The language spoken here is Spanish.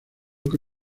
que